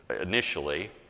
initially